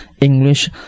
English